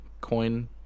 coin